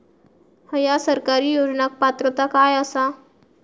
हया सरकारी योजनाक पात्रता काय आसा?